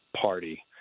party